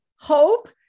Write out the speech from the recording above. hope